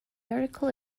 article